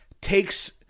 takes